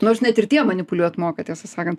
nors net ir tie manipuliuot moka tiesą sakant